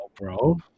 bro